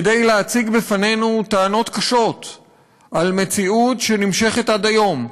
כדי להציג בפנינו טענות קשות של מציאות שנמשכת עד היום,